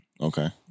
Okay